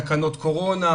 תקנות קורונה,